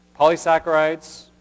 polysaccharides